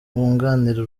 wunganira